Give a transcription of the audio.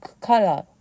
color